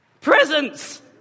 Presents